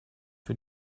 für